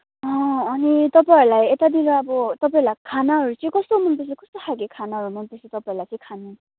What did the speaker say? अनि तपाईँहरूलाई यतातिर अब तपाईँहरूलाई खानाहरू चाहिँ कस्तो मन पर्छ कस्तो खालको खानाहरू मन पर्छ तापाईँहरूलाई चाहिँ खानु